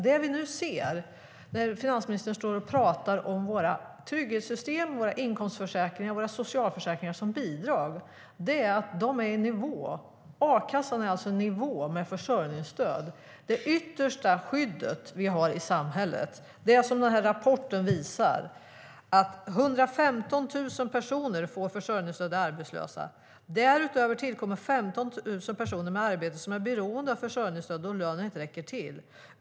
Det vi nu ser, när finansministern talar om våra trygghetssystem, våra inkomstförsäkringar och våra socialförsäkringar som bidrag, är att de är i nivå. A-kassan är alltså i nivå med försörjningsstöd, det yttersta skydd vi har i samhället. Rapporten visar att 115 000 personer får försörjningsstöd och är arbetslösa. Därutöver tillkommer 15 000 personer med arbete som är beroende av försörjningsstöd, då lönen inte räcker till.